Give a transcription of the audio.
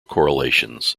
correlations